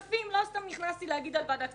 לא סתם נכנסתי לומר על ועדת כספים,